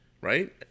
right